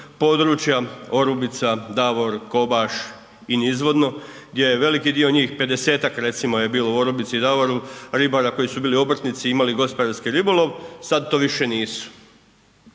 područja, Orubica, Davor, Kobaš i nizvodno gdje je veliki dio njih, 50-tak recimo, je bilo u Orubici i Davoru, ribara koji su bili obrtnici i imali gospodarski ribolov, sad to više nisu.